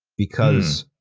because.